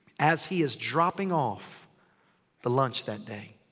as he is dropping off the lunch that day.